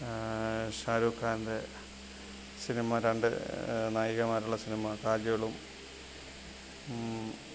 ഷാരൂഖാന്റെ സിനിമ രണ്ട് നായികമാരുള്ള സിനിമ കാജോളും